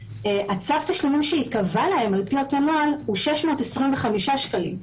צו התשלומים שייקבע להם על פי אותו נוהל הוא 625 שקלים,